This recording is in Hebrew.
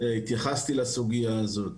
התייחסתי לסוגיה הזאת.